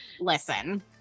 Listen